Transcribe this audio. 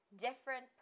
different